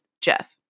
Jeff